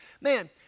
Man